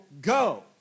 go